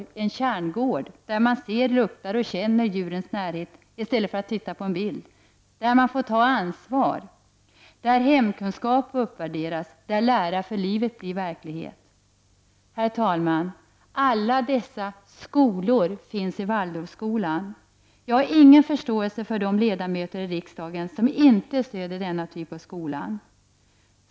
Det är en kärngård där man ser, luktar och känner djurens närhet i stället för att titta på en bild. Man får ta ansvar. Hemkunskap uppvärderas, och ”lära för livet” blir verklighet. Herr talman! Alla dessa ”skolor” finns i Waldorfskolan. Jag har ingen förståelse för de ledamöter i riksdagen som inte stöder denna typ av skola.